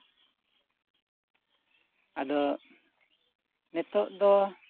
ᱟᱫᱚ ᱱᱤᱛᱚᱜ ᱫᱚ